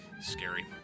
Scary